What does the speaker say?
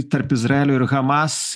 tarp izraelio ir hamas